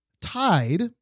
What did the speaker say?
tied